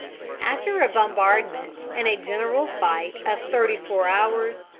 after a bombardment and a general fight of thirty-four hours,